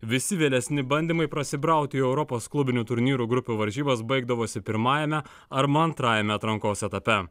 visi vėlesni bandymai prasibrauti į europos klubinių turnyrų grupių varžybas baigdavosi pirmajame arba antrajame atrankos etape